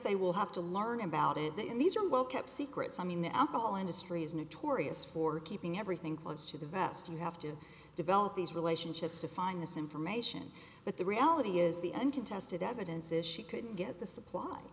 they will have to learn about it in these are well kept secrets i mean the alcohol industry is notorious for keeping everything close to the vest you have to develop these relationships to find this information but the reality is the uncontested evidence is she couldn't get the supply